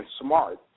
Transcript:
smart